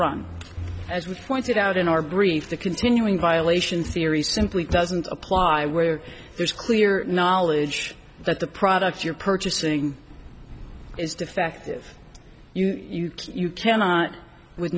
run as we pointed out in our brief the continuing violation series simply doesn't apply where there's clear knowledge that the product you're purchasing it's defective you you cannot with